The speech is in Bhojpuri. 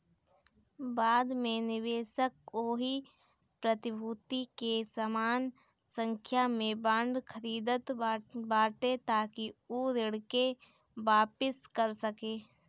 बाद में निवेशक ओही प्रतिभूति के समान संख्या में बांड खरीदत बाटे ताकि उ ऋण के वापिस कर सके